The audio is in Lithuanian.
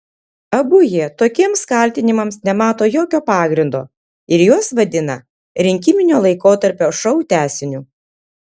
abu jie tokiems kaltinimams nemato jokio pagrindo ir juos vadina rinkiminio laikotarpio šou tęsiniu